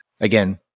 again